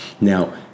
Now